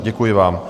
Děkuji vám.